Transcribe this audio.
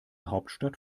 hauptstadt